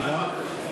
חקיקה